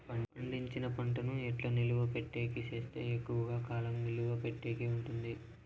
పండించిన పంట ను ఎట్లా నిలువ పెట్టేకి సేస్తే ఎక్కువగా కాలం నిలువ పెట్టేకి ఉంటుంది?